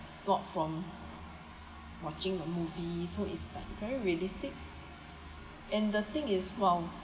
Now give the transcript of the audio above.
not from watching the movie so it's like very realistic and the thing is while